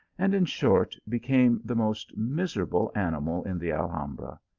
and, in short, became the most miserable animal in the alhambra.